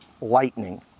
lightning